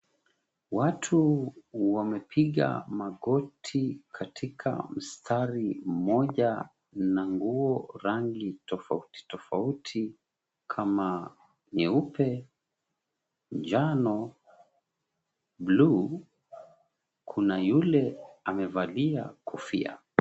Watu wamepiga magoti katika mstari mmoja na nguo rangi tofauti tofauti kama nyeupe, njano na bluu. Kuna yule amevalia kofia.